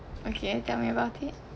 okay tell me about it